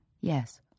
Yes